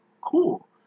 cool